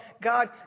God